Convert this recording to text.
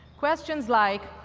questions like,